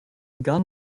gun